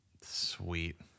Sweet